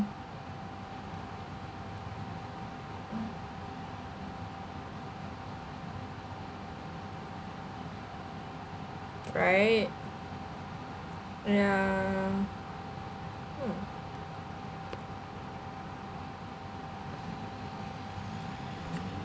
right ya hmm